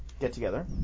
get-together